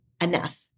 enough